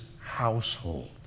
household